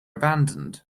abandoned